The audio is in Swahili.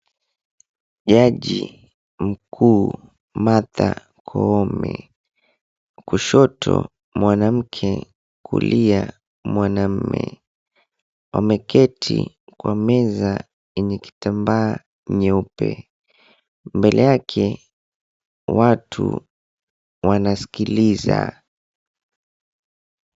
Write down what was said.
Jaji mkuu Martha Koome. Kushoto mwanamke kulia mwanaume wameketi kwa meza yenye kitambaa nyeupe. Mbele yake watu wanasikiliza.